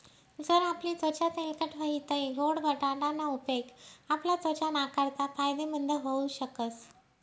जर आपली त्वचा तेलकट व्हयी तै गोड बटाटा ना उपेग आपला त्वचा नाकारता फायदेमंद व्हऊ शकस